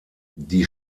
die